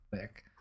thick